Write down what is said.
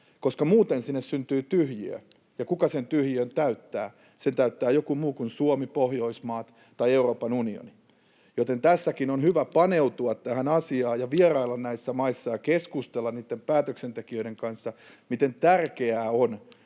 koska muuten sinne syntyy tyhjiö. Ja kuka sen tyhjiön täyttää? Sen täyttää joku muu kuin Suomi, Pohjoismaat tai Euroopan unioni, joten tässäkin on hyvä paneutua tähän asiaan ja vierailla näissä maissa ja keskustella niitten päätöksentekijöiden kanssa siitä, miten tärkeää on